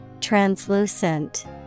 Translucent